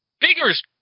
figures